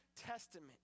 Testament